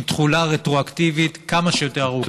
עם תחולה רטרואקטיבית כמה שיותר ארוכה.